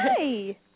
Hi